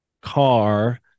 car